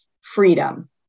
freedom